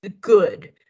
good